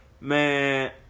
Man